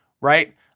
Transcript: right